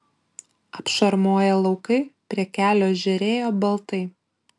apšarmoję laukai prie kelio žėrėjo baltai